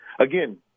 again